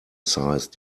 size